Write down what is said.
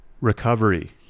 recovery